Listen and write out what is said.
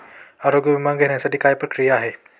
आरोग्य विमा घेण्यासाठी काय प्रक्रिया आहे?